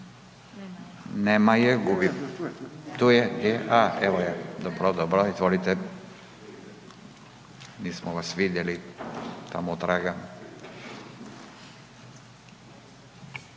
Nema je, gubi… tu je, a, evo je, dobro, dobro, izvolite. Nismo vas vidjeli tamo otraga.